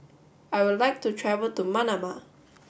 I would like to travel to Manama